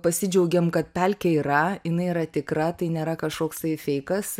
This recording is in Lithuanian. pasidžiaugėm kad pelkė yra jinai yra tikra tai nėra kažkoks tai feikas